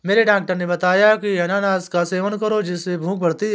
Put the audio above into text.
मेरे डॉक्टर ने बताया की अनानास का सेवन करो जिससे भूख बढ़ती है